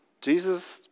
Jesus